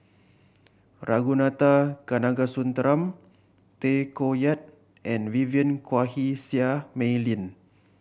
Ragunathar Kanagasuntheram Tay Koh Yat and Vivien Quahe Seah Mei Lin